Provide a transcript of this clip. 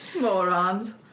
Morons